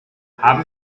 haben